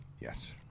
Yes